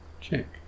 check